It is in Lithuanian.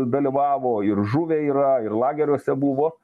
dalyvavo ir žuvę yra ir lageriuose buvo